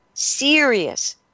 serious